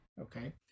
okay